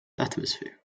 atmosphere